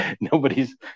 nobody's